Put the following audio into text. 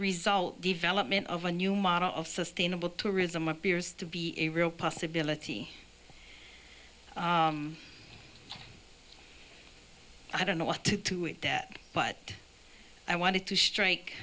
result development of a new model of sustainable tourism appears to be a real possibility i don't know what to do with that but i wanted to strike